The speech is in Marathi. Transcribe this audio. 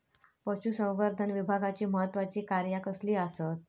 पशुसंवर्धन विभागाची महत्त्वाची कार्या कसली आसत?